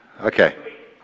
Okay